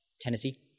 Tennessee